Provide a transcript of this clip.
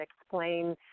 explain